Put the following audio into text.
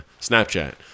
Snapchat